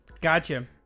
Gotcha